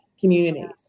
communities